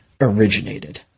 originated